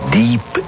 deep